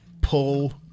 pull